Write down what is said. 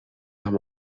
amb